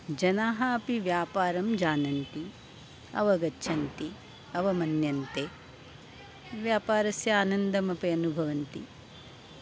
जनाः अपि व्यापारं जानन्ति अवगच्छन्ति अवमन्यन्ते व्यापारस्य आनन्दमपि अनुभवन्ति